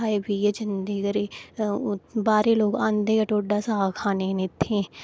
खाई पीऐ जंदे घरै गी बाह्रै दे लोक औंदे गै ढोडा साग खाने गी इत्थै